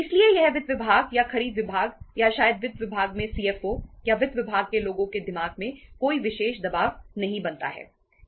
इसलिए यह वित्त विभाग या खरीद विभाग या शायद वित्त विभाग में सीएफओ है